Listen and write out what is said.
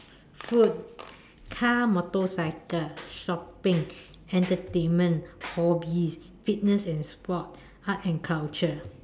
food car motorcycle shopping entertainment hobby fitness and sports arts and culture